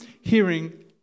Hearing